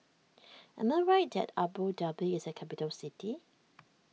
am I right that Abu Dhabi is a capital city